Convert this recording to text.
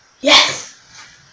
Yes